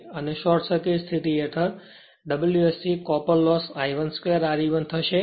તેથી અને short circuit સ્થિતિ હેઠળ WSC copper loss I 1 2 Re 1 થશે